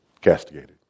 castigated